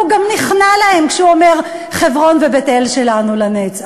הוא גם נכנע להם כשהוא אומר: חברון ובית-אל שלנו לנצח.